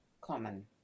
common